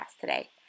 today